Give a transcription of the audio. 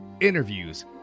interviews